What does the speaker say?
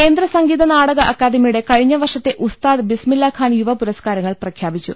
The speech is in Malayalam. കേന്ദ്ര സംഗീത നാടക അക്കാദമിയുടെ കഴിഞ്ഞ വർഷത്തെ ഉസ്താദ് ബിസ്മില്ലാ ഖാൻ യുവ പുരസ്കാരങ്ങൾ പ്രഖ്യാപിച്ചു